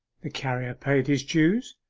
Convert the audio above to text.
the carrier paid his dues,